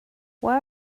where